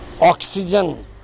Oxygen